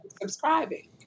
subscribing